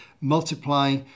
multiply